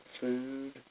food